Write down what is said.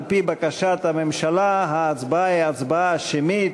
על-פי בקשת הממשלה, ההצבעה היא הצבעה שמית.